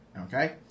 Okay